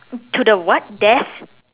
to the what death